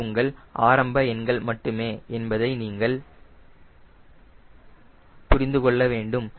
இவை உங்கள் ஆரம்ப எண்கள் மட்டுமே என்பதை நீங்கள் புரிந்து கொள்ள வேண்டும்